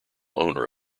owner